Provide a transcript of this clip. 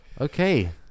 Okay